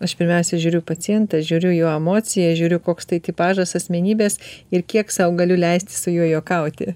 aš pirmiausia žiūriu pacientą žiūriu jo emociją žiūriu koks tai tipažas asmenybės ir kiek sau galiu leisti su juo juokauti